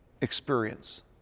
experience